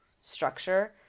structure